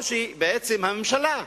או שבעצם הממשלה,